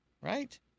Right